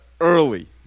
early